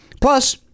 plus